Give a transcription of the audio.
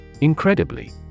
Incredibly